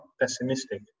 pessimistic